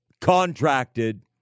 contracted